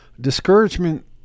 discouragement